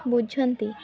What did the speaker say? ବୁଝନ୍ତି